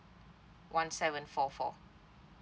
one seven four four